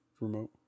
remote